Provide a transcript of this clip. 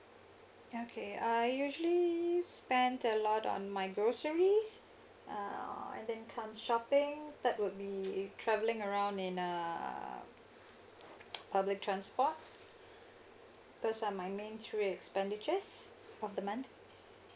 ya okay I usually spend a lot on my groceries uh then come shopping third would be travelling around in uh public transport those are my main three expenditures of the month